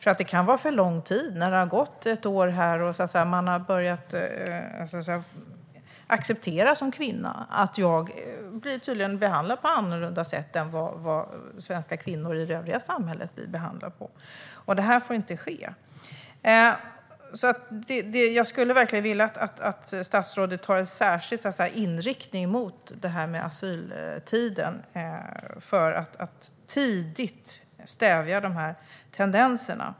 Ett år kan vara för lång tid. Efter så lång tid kanske man som kvinna har börjat acceptera att man tydligen ska bli behandlad annorlunda än vad svenska kvinnor i det övriga samhället blir. Det här får inte ske. Jag skulle verkligen vilja att statsrådet inriktar sig särskilt mot asyltiden för att tidigt stävja dessa tendenser.